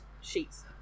sheets